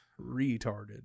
retarded